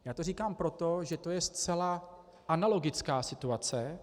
Já to říkám proto, že to je zcela analogická situace.